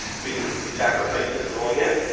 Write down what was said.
we didn't include sacrifices at all yet,